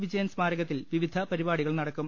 വിജയൻ സ്മാരകത്തിൽ വിവിധ പരിപാടികൾ നടക്കും